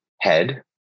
head